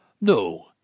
No